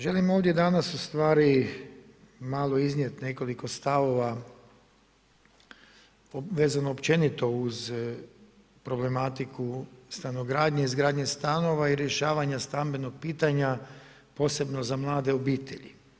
Želim ovdje danas ustvari malo iznijeti nekoliko stavova vezano općenito uz problematiku stanogradnje, izgradnje stanova i rješavanja stambenog pitanja, posebno za mlade obitelji.